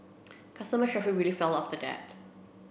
customer traffic really fell after that